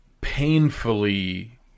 painfully